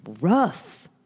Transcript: Rough